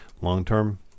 long-term